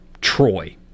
Troy